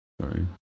Sorry